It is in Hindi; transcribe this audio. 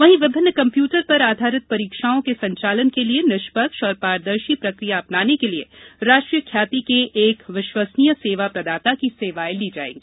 वहीं विभिन्न कम्प्यूटर पर आधारित परीक्षाओं के संचालन के लिये निष्पक्ष और पारदर्शी प्रक्रिया अपनाने के लिये राष्ट्रीय ख्याति के एक विश्वसनीय सेवा प्रदाता की सेवाएँ ली जाएगी